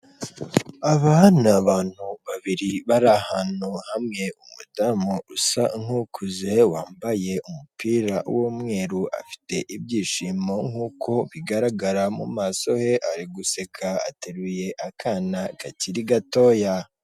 Aba ni abantu babiri bari ahantu hamwe, umudamu usa nkukuze wambaye umupira w'umweru afite ibyishimo nk'uko bigaragara mu maso he ari guseka ateruye akana gakiri gatoya.